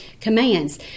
Commands